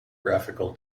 graphical